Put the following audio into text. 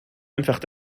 einfach